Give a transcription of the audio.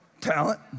Talent